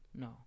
no